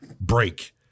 break